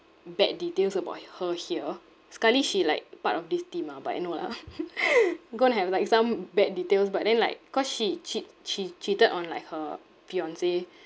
bad details about her here sekali she like part of this team ah but you know lah going to have like some bad details but then like cause she cheat she cheated on like her fiance